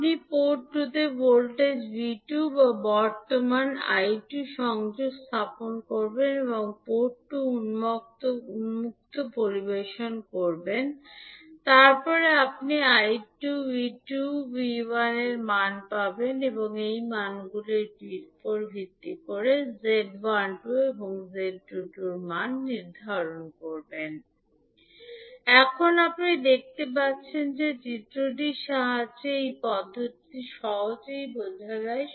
আপনি পোর্ট 2 তে ভোল্টেজ 𝐕2 বা বর্তমান 𝐈2 সংযোগ স্থাপন করবেন এবং পোর্ট 2 উন্মুক্ত পরিবেশন করবেন তারপরে আপনি I2 𝐕2 𝐕1 এর মান পাবেন এবং এই মানগুলির উপর ভিত্তি করে আপনি 𝐳 এর মান গণনা করতে পারেন এবং এখন আপনি দেখতে পাচ্ছেন যে চিত্রটির সাহায্যে এই পদ্ধতিটি সহজেই বোঝা যায়